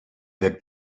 that